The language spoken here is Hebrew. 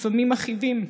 לפעמים מכאיבים.